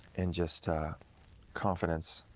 and just confidence.